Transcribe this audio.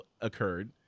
occurred